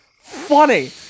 funny